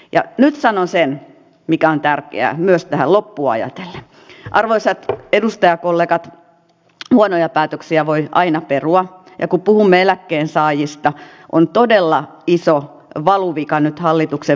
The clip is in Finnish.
ja nyt sanon sen mikä on tärkeää myös tähän loppuaja the arvoisat edustajakollegat huonoja päätöksiä voi aina perua ja kutuumeläkkeensaajista on todella iso valuvikanyt hallituksen